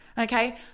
Okay